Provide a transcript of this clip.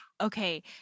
Okay